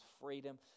freedom